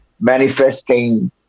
manifesting